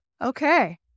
okay